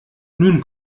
nun